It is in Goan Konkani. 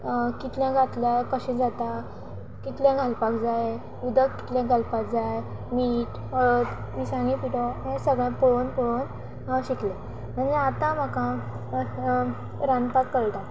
कितलें घातल्या कशें जाता कितलें घालपाक जाय उदक कितलें घालपा जाय मीठ हळद मिसांगी पिठो हे सगळे पळोवन पळोवन हांव शिकले आनी आतां म्हाका रांदपाक कळटा